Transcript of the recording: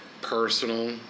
personal